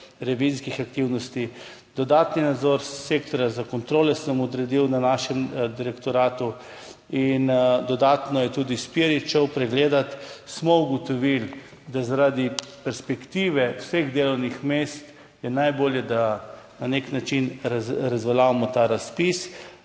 revizijskih aktivnosti, dodatni nadzor sektorja za kontrole sem odredil na našem direktoratu in dodatno je tudi Spirit šel pregledat, smo ugotovili, da je zaradi perspektive vseh delovnih mest najbolje, da na nek način razveljavimo ta razpis.